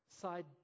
side